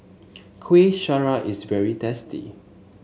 Kuih Syara is very tasty